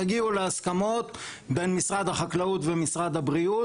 תגיעו להסכמות בין משרד החקלאות ומשרד הבריאות.